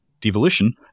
devolution